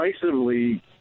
decisively